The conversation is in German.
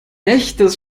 echtes